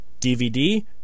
DVD